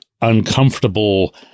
uncomfortable